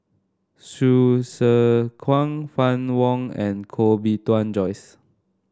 Hsu Tse Kwang Fann Wong and Koh Bee Tuan Joyce